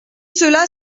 cela